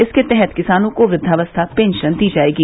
इसके तहत किसानों को वृद्दावस्था पेंशन दी जाएगी